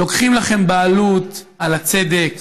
לוקחים לכם בעלות על הצדק,